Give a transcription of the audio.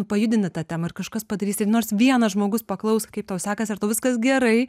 pajudina tą temą ir kažkas padarys ir nors vienas žmogus paklaus kaip tau sekasi ar tau viskas gerai